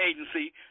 agency